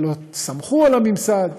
ולא סמכו על הממסד.